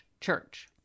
church